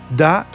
da